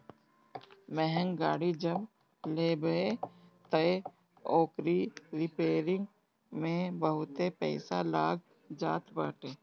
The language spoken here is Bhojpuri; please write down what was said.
महंग गाड़ी जब लेबअ तअ ओकरी रिपेरिंग में बहुते पईसा लाग जात बाटे